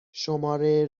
شماره